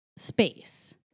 space